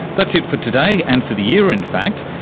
that's it for today and for the year, in fact.